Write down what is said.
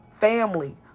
family